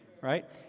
right